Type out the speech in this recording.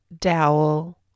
dowel